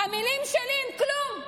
המילים שלי הן כלום.